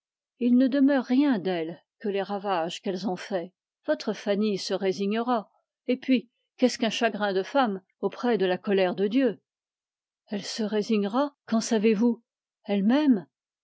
il ne demeure rien d'elles que les ravages qu'elles ont faits votre fanny se résignera et puis qu'est-ce qu'un chagrin de femme auprès de la colère de dieu elle se résignera qu'en savez-vous